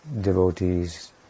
devotees